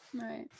right